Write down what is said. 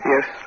Yes